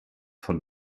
von